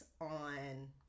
on